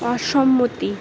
অসম্মতি